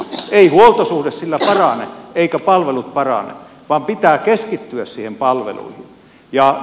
ei huoltosuhde sillä parane eivätkä palvelut parane vaan pitää keskittyä niihin palveluihin